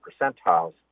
percentiles